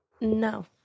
no